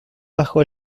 bajo